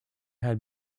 had